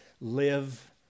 live